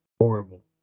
Horrible